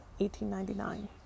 1899